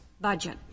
budget